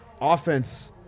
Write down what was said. offense